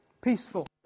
Peaceful